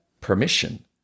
permission